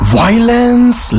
violence